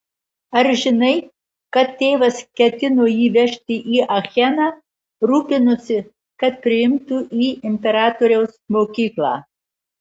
ar žinai kad tėvas ketino jį vežti į acheną rūpinosi kad priimtų į imperatoriaus mokyklą